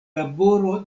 laboro